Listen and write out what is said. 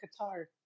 Qatar